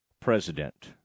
president